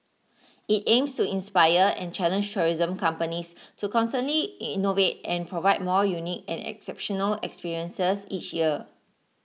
it aims to inspire and challenge tourism companies to constantly innovate and provide more unique and exceptional experiences each year